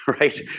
right